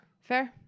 Fair